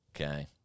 Okay